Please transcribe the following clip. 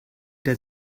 der